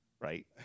Right